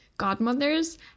godmothers